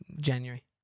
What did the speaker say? January